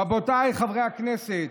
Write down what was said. רבותיי חברי הכנסת,